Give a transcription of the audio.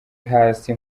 hasi